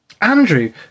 Andrew